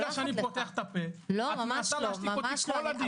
מרגע שאני פותח את הפה את מנסה להשתיק אותי כל הדיון.